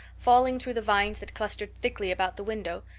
falling through the vines that clustered thickly about the window,